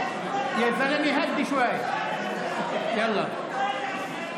גבר, תירגע קצת.